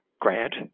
Grant